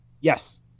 Yes